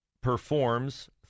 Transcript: performs